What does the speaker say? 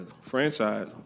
franchise